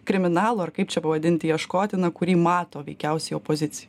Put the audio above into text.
kriminalo ar kaip čia pavadinti ieškotina kurį mato veikiausiai opozicija